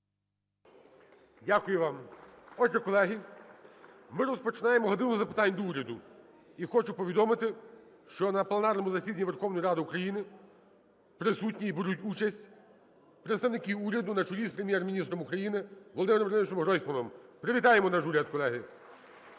Дякую вам. Отже, колеги, ми розпочинаємо "годину запитань до Уряду" і хочу повідомити, що на пленарному засіданні Верховної Ради України присутні і беруть участь представники уряду на чолі з Прем’єр-міністром України Володимиром Борисовичем Гройсманом. Привітаємо наш уряд, колеги!